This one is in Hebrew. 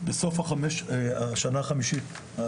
בסוף השנה החמישית.